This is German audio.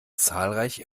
zahlreich